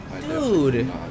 Dude